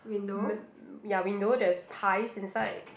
m~ ya window there's pies inside